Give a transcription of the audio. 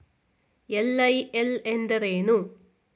LIL ಎಂದರೇನು?